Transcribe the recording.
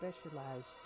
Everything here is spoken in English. specialized